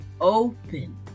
open